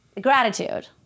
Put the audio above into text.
Gratitude